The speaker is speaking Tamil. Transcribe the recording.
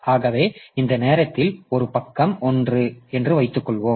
ஆகவே இந்த நேரத்தில் இது ஒரு பக்கம் 1 என்று வைத்துக்கொள்வோம்